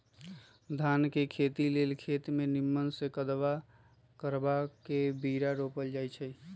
धान के खेती लेल खेत के निम्मन से कदबा करबा के बीरा रोपल जाई छइ